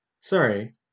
Sorry